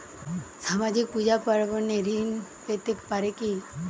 সামাজিক পূজা পার্বণে ঋণ পেতে পারে কি?